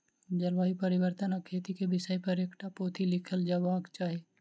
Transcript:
जलवायु परिवर्तन आ खेती के विषय पर एकटा पोथी लिखल जयबाक चाही